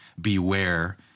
beware